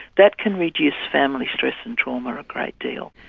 that can reduce family stress and trauma a great deal.